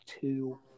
two